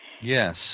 Yes